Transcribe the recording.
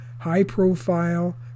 high-profile